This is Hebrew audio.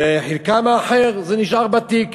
וחלקם האחר זה נשאר בתיק,